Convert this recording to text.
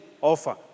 offer